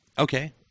Okay